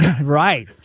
Right